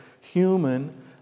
human